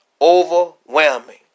overwhelming